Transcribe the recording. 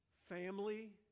Family